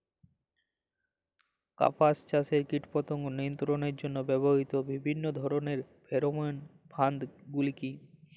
কাপাস চাষে কীটপতঙ্গ নিয়ন্ত্রণের জন্য ব্যবহৃত বিভিন্ন ধরণের ফেরোমোন ফাঁদ গুলি কী?